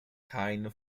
keine